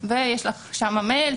יש לך שם מייל,